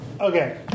Okay